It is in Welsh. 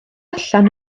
allan